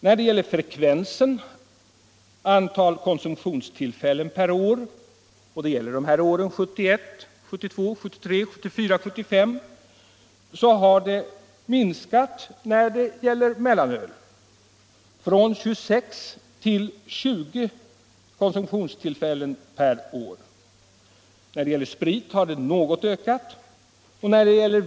Vad beträffar frekvensen, alltså antalet konsumtionstillfällen per år, minskade den under åren 1971-1975 från 26 till 20 konsumtionstillfällen per år när det gäller mellanöl. När det gäller sprit och vin ökade den något.